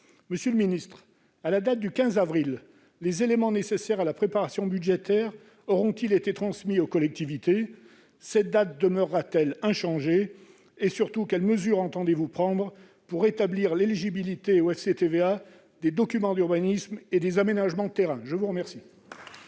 Monsieur le ministre, à la date du 15 avril, les éléments nécessaires à la préparation budgétaire auront-ils été transmis aux collectivités ? Cette date demeurera-t-elle inchangée ? Surtout, quelles mesures entendez-vous prendre pour rétablir l'éligibilité au FCTVA des documents d'urbanisme et des aménagements de terrain ? La parole est à M. le ministre